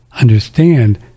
understand